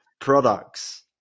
products